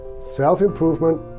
self-improvement